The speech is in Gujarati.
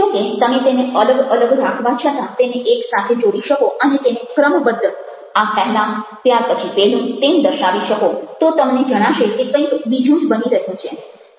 જો કે તમે તેને અલગ અલગ રાખવા છતાં તેને એક સાથે જોડી શકો અને તેને ક્રમબદ્ધ આ પહેlલાં ત્યાર પછી પેલું તેમ દર્શાવી શકો તો તમને જણાશે કે કંઈક બીજું જ બની રહ્યું છે